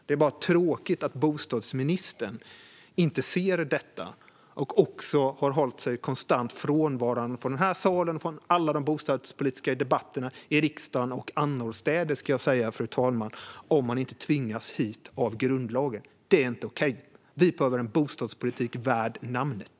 Det är bara tråkigt att bostadsministern inte ser detta. Han har också hållit sig konstant frånvarande från den här salen och från alla de bostadspolitiska debatterna i riksdagen och annorstädes, fru talman, om han inte tvingats hit av grundlagen. Det är inte okej. Vi behöver en bostadspolitik värd namnet.